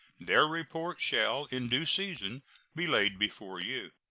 their report shall in due season be laid before you.